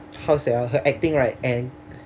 how to say ah her acting right and